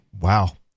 Wow